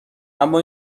اما